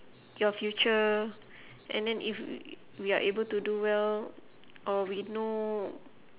your future and then if we are able to do well or we know